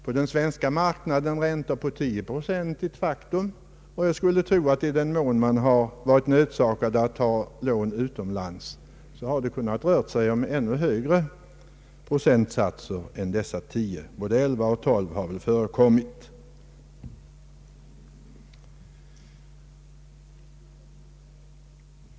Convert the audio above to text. På den svenska marknaden har man fått betala omkring 10 procent för sådana lån. I de fall då man varit nödsakad att låna utomlands har räntan rört sig om ännu högre procentsatser — både 11 och 12 procent har förekommit.